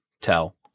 tell